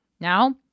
Now